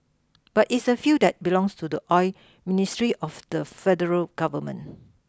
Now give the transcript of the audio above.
but it's a field that belongs to the oil ministry of the federal government